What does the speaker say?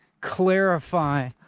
clarify